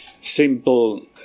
Simple